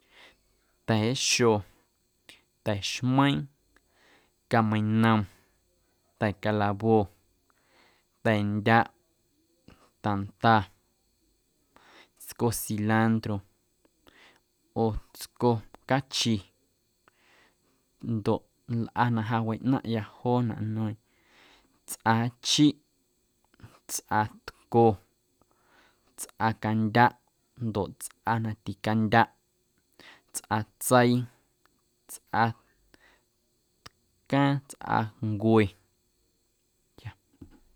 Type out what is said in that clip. Ta̱a̱xo, ta̱xmeiiⁿ, cameinom, ta̱ calawo, ta̱a̱ndyaꞌ, tanda, tsco cilantro, oo tsco cachi ndoꞌ lꞌa na ja wiꞌnaⁿꞌya joonaꞌ nueeⁿ tsꞌaachiꞌ, tsꞌatco, tsꞌa candyaꞌ ndoꞌ tsꞌa na ticandyaꞌ, tsꞌatseii, tsꞌatcaaⁿ tsꞌancue ya.